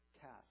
cast